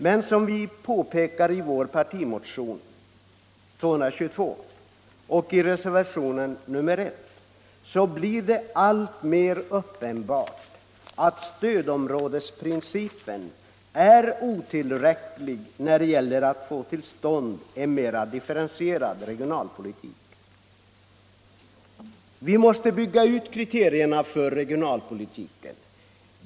Men som vi påpekar i vår partimotion nr 222 och i reservationen I blir det alltmer uppenbart att stödområdesprincipen är otillräcklig när det gäller att få till stånd en mer differentierad regionalpolitik. Vi måste bygga ut kriterierna för regionalpolitiken.